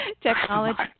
Technology